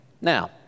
Now